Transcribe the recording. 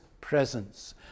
presence